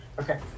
okay